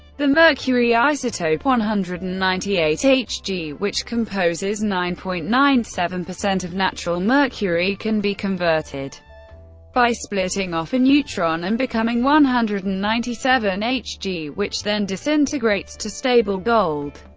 the mercury isotope one hundred and ninety eight hg, which composes nine point nine seven of natural mercury, can be converted by splitting off a neutron and becoming one hundred and ninety seven hg, which then disintegrates to stable gold.